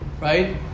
right